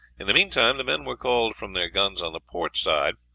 in the meantime the men were called from their guns on the port side,